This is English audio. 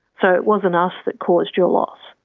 so it wasn't us that caused your loss.